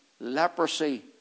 leprosy